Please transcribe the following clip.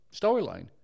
storyline